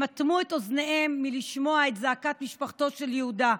הם אטמו את אוזניהם מלשמוע את זעקת משפחתו של יהודה,